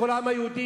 כל העם היהודי,